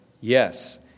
Yes